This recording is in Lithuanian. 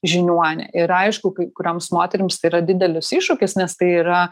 žiniuonė ir aišku kai kurioms moterims tai yra didelis iššūkis nes tai yra